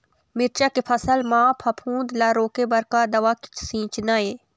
मिरचा के फसल म फफूंद ला रोके बर का दवा सींचना ये?